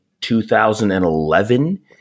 2011